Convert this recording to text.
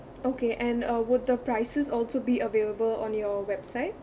okay and uh would the prices also be available on your website